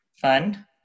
fun